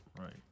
right